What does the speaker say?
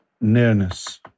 Nearness